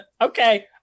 Okay